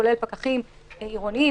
כולל פקחים עירוניים,